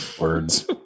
Words